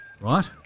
Right